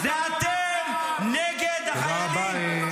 זה אתם נגד החיילים -- תודה רבה.